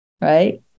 right